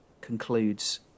concludes